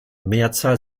mehrzahl